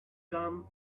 come